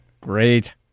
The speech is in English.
Great